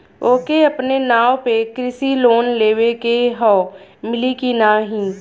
ओके अपने नाव पे कृषि लोन लेवे के हव मिली की ना ही?